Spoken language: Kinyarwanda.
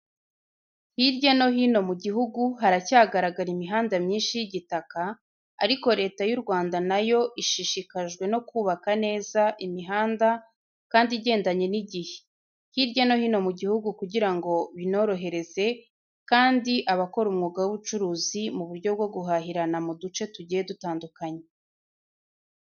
Hirya no hino mu gihugu haracyagaragara imihanda myinshi y'igitaka, ariko Leta y'u Rwanda na yo ishishikajwe no kubaka neza imihanda kandi igendanye n'igihe hirya no hino mu gihugu kugira ngo binorohereze kandi abakora umwuga w'ubucuruzi mu buryo bwo guhahirana mu duce tugiye dutandukanye.